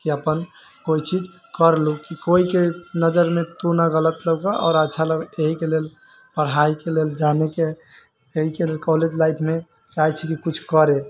की अपन कोइ चीज कर लू की कोइ के नजर नहि तू ने गलत लगे आओर अच्छा लगे एहिके लेल पढ़ाइ के लेल जानै के एहि के लेल कॉलेज लाइफमे चाहै छी की कुछ करय